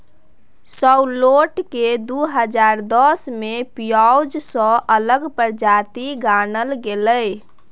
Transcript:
सैलोट केँ दु हजार दस मे पिओज सँ अलग प्रजाति गानल गेलै